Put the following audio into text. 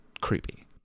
creepy